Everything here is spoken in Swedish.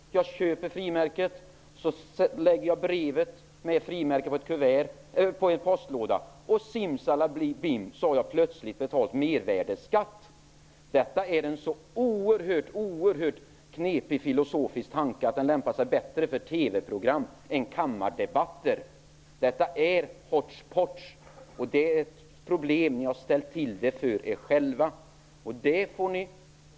När jag har köpt ett frimärke och satt det på ett kuvert med brevet i samt lagt kuvertet på postlådan har jag, plötsligt -- simsalabim -- betalat mervärdesskatt. Detta är en så oerhört knepig filosofisk tanke att den lämpar sig bättre för ett TV-program än för kammardebatter. Det är ''hotchpotch'', ett problem som ni har ställt till för er själva.